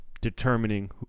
Determining